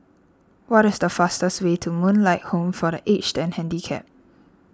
what is the fastest way to Moonlight Home for the Aged and Handicapped